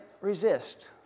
resist